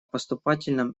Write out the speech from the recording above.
поступательном